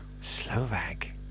Slovak